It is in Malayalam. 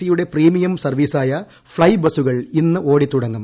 സിയുടെ പ്രീമിയം സർവ്വീസായ ഫ്ളൈബസുകൾ ഇന്ന് ഓടിത്തുടങ്ങും